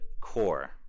core